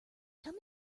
tell